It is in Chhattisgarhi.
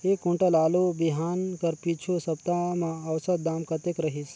एक कुंटल आलू बिहान कर पिछू सप्ता म औसत दाम कतेक रहिस?